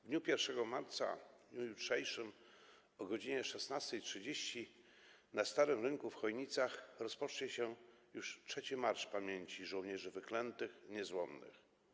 W dniu 1 marca, w dniu jutrzejszym, o godz. 16.30 na Starym Rynku w Chojnicach rozpocznie się już trzeci marsz pamięci żołnierzy wyklętych i niezłomnych.